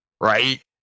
Right